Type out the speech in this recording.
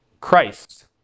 Christ